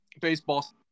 baseball